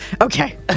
okay